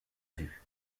vue